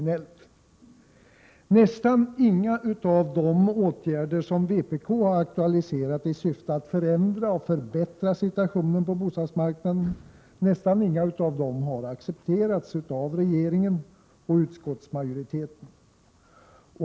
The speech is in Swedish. Nästan inga av de åtgärder vpk aktualiserat i syfte att förändra och förbättra situationen på bostadsmarknaden har accepterats av regeringen och utskottsmajoriteten.